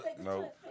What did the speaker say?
No